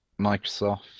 Microsoft